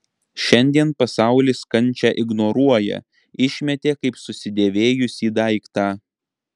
šiandien pasaulis kančią ignoruoja išmetė kaip susidėvėjusį daiktą